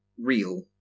real